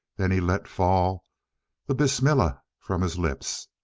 then he let fall the bismillah from his lips,